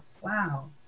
wow